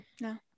No